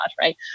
right